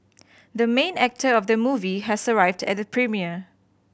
the main actor of the movie has arrived at the premiere